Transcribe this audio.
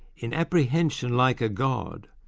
in apprehension like a god,